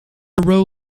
row